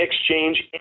exchange